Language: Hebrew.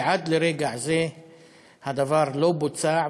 ועד לרגע זה הדבר לא בוצע.